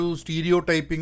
stereotyping